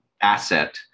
asset